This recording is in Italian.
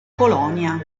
colonia